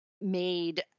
made